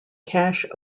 cache